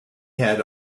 had